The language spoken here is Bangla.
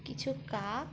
কিছু কাক